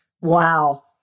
Wow